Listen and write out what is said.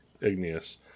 Igneous